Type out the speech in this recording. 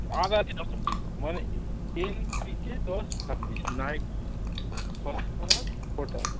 মানে এনপিকে দশ ছাব্বিশ নাই ফসফরাস পটাশ